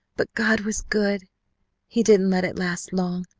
but god was good he didn't let it last long.